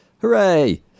Hooray